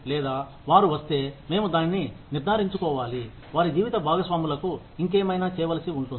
లేదా వారు వస్తే మేము దానిని నిర్ధారించుకోవాలి వారి జీవిత భాగస్వాములకు ఇంకేమైనా చేయవలసి ఉంటుంది